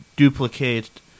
Duplicate